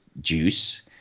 Juice